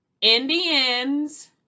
indians